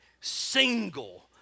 single